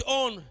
on